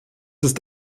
ist